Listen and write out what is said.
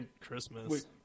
Christmas